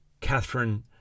Catherine